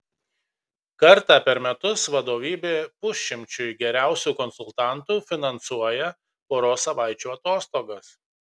kartą per metus vadovybė pusšimčiui geriausių konsultantų finansuoja poros savaičių atostogas